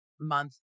month